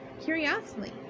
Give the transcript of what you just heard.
curiously